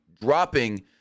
dropping